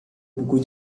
buku